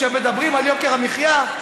כשמדברים על יוקר המחיה,